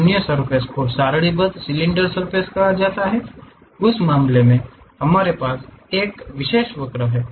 अन्य सर्फ़ेस को सारणीबद्ध सिलेंडर सर्फ़ेस कहा जाता है उस मामले में हमारे पास एक विशेष वक्र है